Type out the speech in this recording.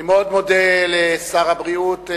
אני מאוד מודה לשר הבריאות,